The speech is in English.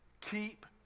Keep